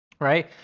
right